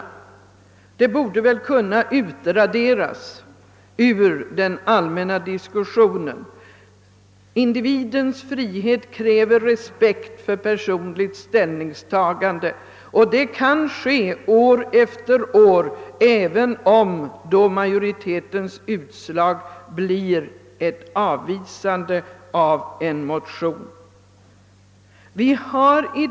Sådana argument borde väl kunna utmönstras ur den allmänna diskussionen. Individens frihet kräver respekt för personligt ställningstagande, och ett personligt ställningstagande kan det vara fråga om, även då majoritetens utslag år efter år blir ett avvisande av motionen.